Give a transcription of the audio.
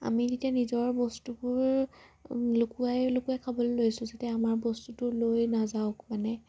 আমি যেতিয়া নিজৰ বস্তুবোৰ লুকুৱাই লুকুৱাই খাবলৈ লৈছোঁ যেতিয়া আমাৰ বস্তুটো লৈ নাযাওক মানে